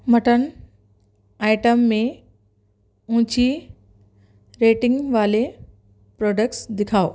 mutton item میں اونچی rating والے پروڈکٹس دکھاؤ